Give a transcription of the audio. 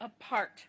apart